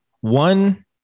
one